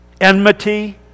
Enmity